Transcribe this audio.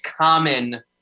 common